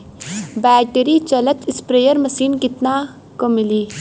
Battery चलत sprayer machine कितना क मिली?